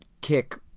kick